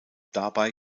dabei